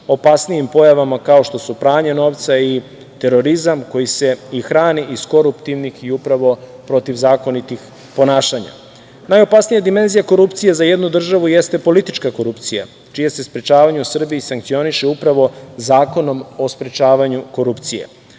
opasnijim pojavama, kao što su pranje novca i terorizam koji se i hrani iz koruptivnih i protivzakonitih ponašanja. Najopasnija dimenzija korupcije za jednu državu jeste politička korupcija, čije se sprečavanje u Srbiji sankcioniše upravo Zakonom o sprečavanju korupcije.